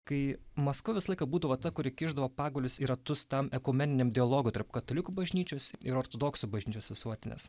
kai maskva visą laiką būdavo ta kuri kišdavo pagalius į ratus tam ekumeniniam dialogui tarp katalikų bažnyčios ir ortodoksų bažnyčios visuotinės